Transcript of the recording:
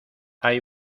hay